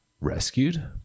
rescued